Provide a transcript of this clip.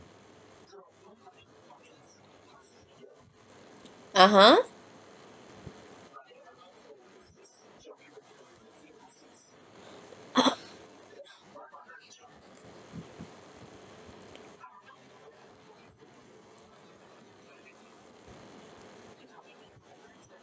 (uh huh)